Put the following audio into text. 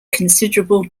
considerable